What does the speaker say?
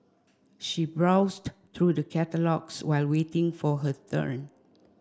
she browsed through the catalogues while waiting for her turn